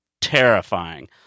terrifying